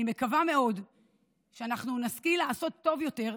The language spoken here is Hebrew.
אני מקווה מאוד שאנחנו נשכיל לעשות טוב יותר,